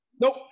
Nope